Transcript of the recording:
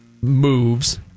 moves